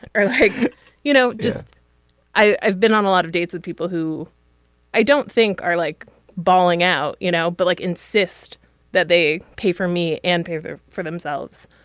or like you know just i've been on a lot of dates with people who i don't think are like bawling out you know but like insist that they pay for me and pay for for themselves.